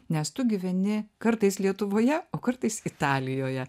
nes tu gyveni kartais lietuvoje o kartais italijoje